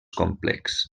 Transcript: complex